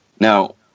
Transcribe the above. Now